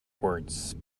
words